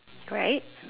right